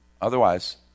Otherwise